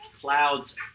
clouds